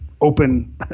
open